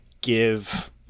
give –